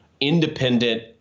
independent